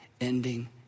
ending